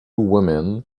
woman